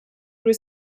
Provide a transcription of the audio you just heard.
was